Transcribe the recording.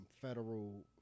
federal